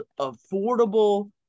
affordable